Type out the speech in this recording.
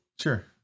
Sure